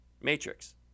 matrix